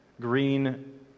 green